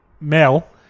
male